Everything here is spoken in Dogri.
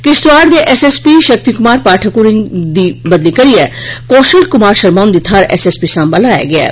किश्तवाड़ दे S S P Shakti Kumar Pathak होरें गी बदली करियै कौशल कुमार शर्मा हुंदी थाहर एसएसपी साम्बा लाया गेआ ऐ